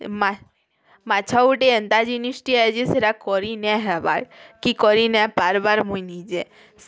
ମାଛ ଗୁଟେ ଏନ୍ତା ଜିନିଷ୍ଟିଏ ଯେ ସେଟା କରି ନାଇଁହେବାର୍ କି କରି ନାଇଁପାର୍ବାର୍ ମୁଇଁ ନିଜେ